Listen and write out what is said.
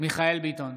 מיכאל מרדכי ביטון,